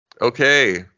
Okay